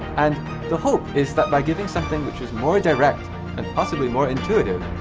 and the hope is that by giving something which is more direct and possibly more intuitive,